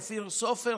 אופיר סופר,